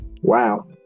Wow